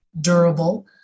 durable